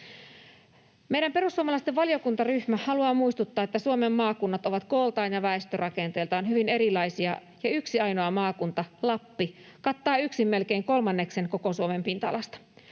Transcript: Meidän perussuomalaisten valiokuntaryhmä haluaa muistuttaa, että Suomen maakunnat ovat kooltaan ja väestörakenteeltaan hyvin erilaisia ja yksi ainoa maakunta, Lappi, kattaa yksin melkein kolmanneksen koko Suomen pinta-alasta.